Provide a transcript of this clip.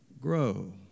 grow